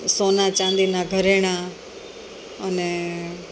સોના ચાંદીના ઘરેણાં અને